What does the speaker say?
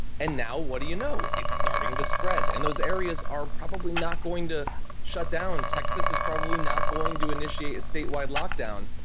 and now what do you know, it's starting to spread and those areas are probably not going to shut down. texas is probably not going to initiate a statewide lockdown.